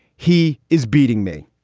he is beating me.